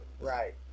Right